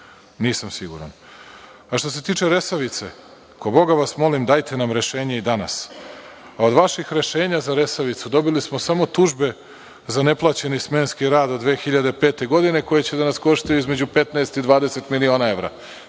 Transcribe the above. Nisam siguran. Što se tiče Resavice, ko Boga vas molim, dajte nam rešenje danas, a od vaših rešenja za Resavicu dobili smo samo tužbe za neplaćeni smenski rad od 2005. godine, a koji će da nas košta između 15 i 20 miliona evra.